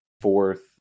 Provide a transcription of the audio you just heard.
fourth